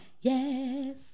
yes